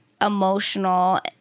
emotional